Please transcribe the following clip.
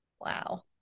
Wow